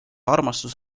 armastus